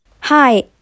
Hi